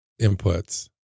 inputs